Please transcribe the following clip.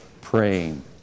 praying